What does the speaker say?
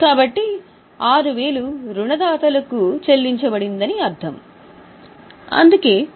కాబట్టి మేము 6000 రుణదాతలకు చెల్లించామని మీరు అర్థం చేసుకున్నారని నేను ఆశిస్తున్నాను